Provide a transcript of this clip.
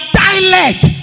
dialect